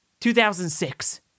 2006